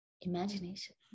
Imagination